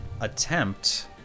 attempt